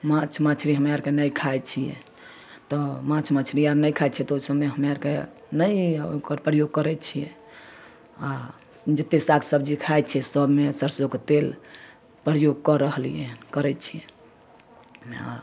माँछ मछली हमरा आओरके नहि खाइ छिए तऽ माँछ मछली आओर नहि खाइ छिए तऽ ओहिसबमे हमे आओरके नहि ओकर प्रयोग करै छिए आओर जतेक साग सब्जी खाइ छिए सबमे सरिसोके तेल प्रयोग कऽ रहलिए हँ करै छिए आओर